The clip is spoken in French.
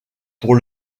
pour